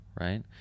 right